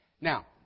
Now